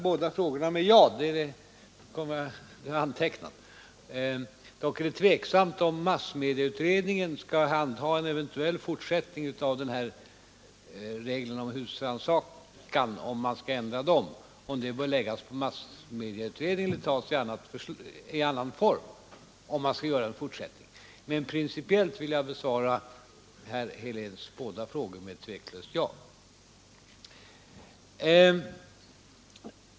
Dock kan man vara tveksam om det bör läggas på massmedieutredningen att ändra reglerna för husrannsakan, om vi nu skall göra det, eller om det skall göras i annan form. Men principiellt vill jag besvara herr Heléns båda frågor med ett tveklöst ja.